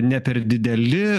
ne per dideli